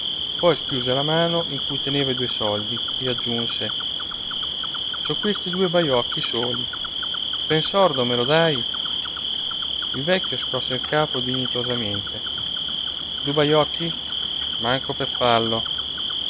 poi schiuse la mano in cui teneva i due soldi e aggiunse ciò questi du bajocchi soli pe n sordo me lo dai il vecchio scosse il capo dignitosamente du bajocchi manco pe fallo